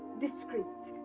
discreet.